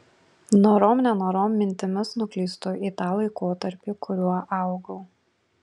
norom nenorom mintimis nuklystu į tą laikotarpį kuriuo augau